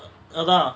ah அதா:atha